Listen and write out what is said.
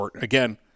again